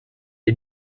est